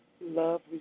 Love